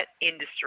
industry